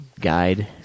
guide